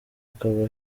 akaba